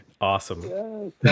awesome